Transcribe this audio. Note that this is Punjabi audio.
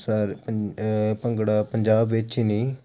ਸਰ ਭੰਗੜਾ ਪੰਜਾਬ ਵਿੱਚ ਹੀ ਨਹੀਂ